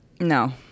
No